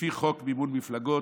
לפי חוק מימון מפלגות,